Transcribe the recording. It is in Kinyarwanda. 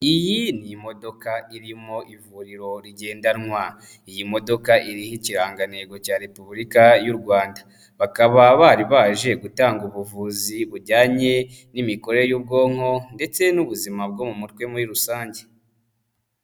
Iyi ni imodoka irimo ivuriro rigendanwa. Iyi modoka iriho ikirangantego cya Repubulika y'u Rwanda, bakaba bari baje gutanga ubuvuzi bujyanye n'imikorere y'ubwonko ndetse n'ubuzima bwo mu mutwe muri rusange.